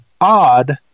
odd